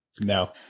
No